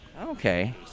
Okay